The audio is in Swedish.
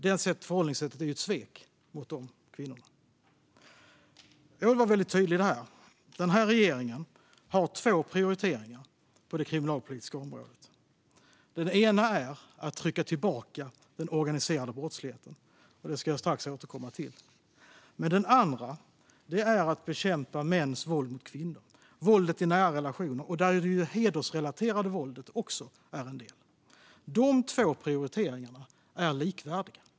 Det förhållningssättet är ett svek mot de kvinnorna. Jag vill vara väldigt tydlig här. Den här regeringen har två prioriteringar på det kriminalpolitiska området. Den ena är att trycka tillbaka den organiserade brottsligheten, vilket jag strax ska återkomma till. Den andra är att bekämpa mäns våld mot kvinnor, våldet i nära relationer, och där är det hedersrelaterade våldet en del. Dessa två prioriteringar är likvärdiga.